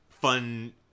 fun